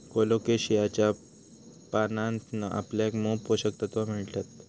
कोलोकेशियाच्या पानांतना आपल्याक मोप पोषक तत्त्वा मिळतत